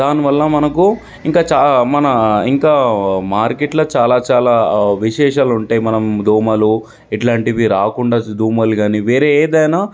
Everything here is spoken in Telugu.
దానివల్ల మనకు ఇంకా చాలా మన ఇంకా మార్కెట్లో చాలా చాలా విశేషాలుంటాయి మనం దోమలు ఇట్లాంటివి రాకుండా దోమలు కానీ వేరే ఏదైనా